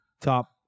Top